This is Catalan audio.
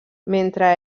mentre